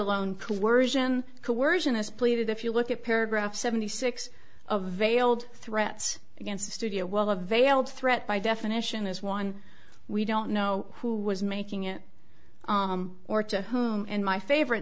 has pleaded if you look at paragraph seventy six a veiled threats against the studio well a veiled threat by definition is one we don't know who was making it or to whom and my favorite